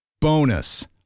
Bonus